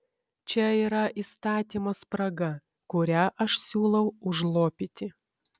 čia yra įstatymo spraga kurią aš siūlau užlopyti